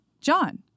John